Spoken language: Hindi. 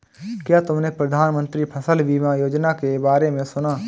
क्या तुमने प्रधानमंत्री फसल बीमा योजना के बारे में सुना?